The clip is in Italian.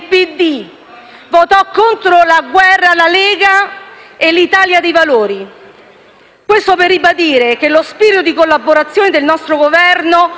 votarono contro la guerra la Lega e l'Italia dei Valori. Dico questo per ribadire che lo spirito di collaborazione del nostro Governo con il